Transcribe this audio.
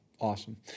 Awesome